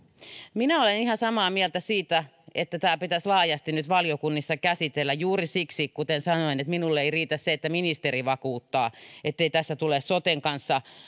minä olen ihan samaa mieltä siitä että tämä pitäisi laajasti nyt valiokunnissa käsitellä juuri siksi kuten sanoin että minulle ei riitä se että ministeri vakuuttaa ettei tässä tule soten kanssa